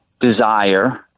desire